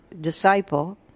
Disciple